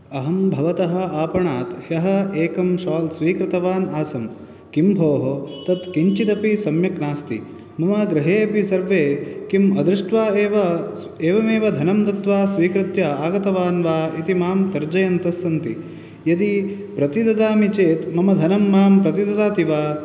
अहं भवतः आपणात् ह्यः एकं शाल् स्वीकृतवान् आसं किं भोः तत् किञ्चिदपि सम्यक् नास्ति मम गृहेपि सर्वे किम् अदृष्ट्वा एव एवमेव धनं दत्वा स्वीकृत्य आगतवान् वा इति मां तर्जयन्तः सन्ति यदि प्रतिददामि चेत् मम धनं मां प्रतिददाति वा